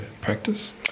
practice